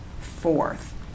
fourth